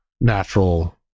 natural